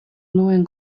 duen